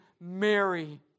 Mary